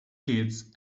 kids